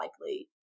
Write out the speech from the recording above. likely